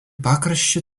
pakraščiu